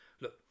look